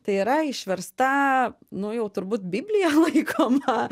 tai yra išversta nu jau turbūt biblija laikoma